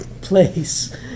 place